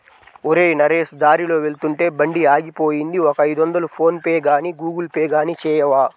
ఒరేయ్ నరేష్ దారిలో వెళ్తుంటే బండి ఆగిపోయింది ఒక ఐదొందలు ఫోన్ పేగానీ గూగుల్ పే గానీ చేయవా